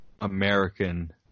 American